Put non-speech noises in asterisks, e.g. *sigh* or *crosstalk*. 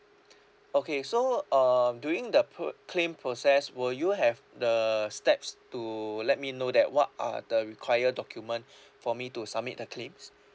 *breath* okay so um during the p~ claim process will you have the steps to let me know that what are the required documents *breath* for me to submit the claims